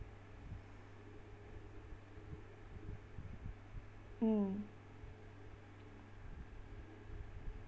mm